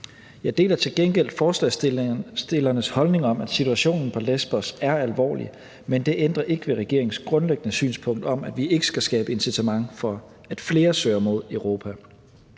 Jeg deler til gengæld forslagsstillernes holdning om, at situationen på Lesbos er alvorlig, men det ændrer ikke ved regeringens grundlæggende synspunkt om, at vi ikke skal skabe incitament til, at flere søger mod Europa.